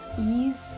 ease